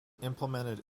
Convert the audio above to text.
implemented